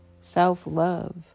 self-love